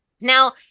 Now